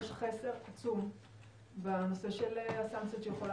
יש חסר עצם בנושא של הסנקציות שיכולה